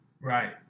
Right